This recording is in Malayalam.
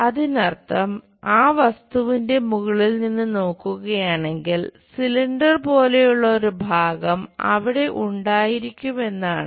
അതിനർത്ഥം ആ വസ്തുവിന്റെ മുകളിൽ നിന്ന് നോക്കുകയാണെങ്കിൽ സിലിണ്ടർ പോലെ ഒരു ഭാഗം അവിടെ ഉണ്ടായിരിക്കുമെന്നാണ്